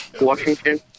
Washington